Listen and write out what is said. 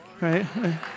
right